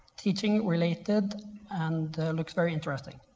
teaching related and looks very interesting.